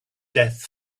death